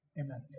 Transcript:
amen